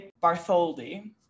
bartholdi